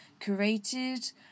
curated